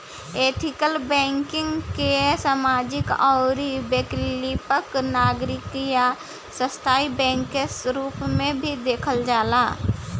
ethical banking के सामाजिक आउर वैकल्पिक नागरिक आ स्थाई बैंक के रूप में भी देखल जाला